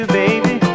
baby